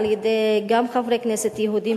גם על-ידי חברי כנסת יהודים,